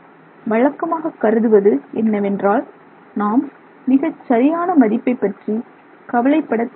வழக்கமாக கருதுவது என்னவென்றால் நாம் மிகச்சரியான மதிப்பைப் பற்றி கவலைப்படத் தேவையில்லை